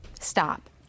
Stop